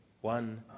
one